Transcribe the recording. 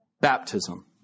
Baptism